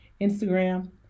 Instagram